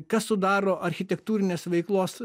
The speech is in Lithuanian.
kas sudaro architektūrinės veiklos